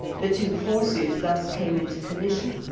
the two forces thus came into collision,